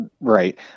Right